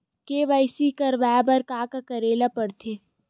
KYC करवाय बर का का करे ल पड़थे?